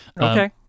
Okay